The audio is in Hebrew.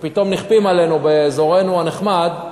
שפתאום נכפים עלינו באזורנו הנחמד,